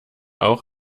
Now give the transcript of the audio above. auch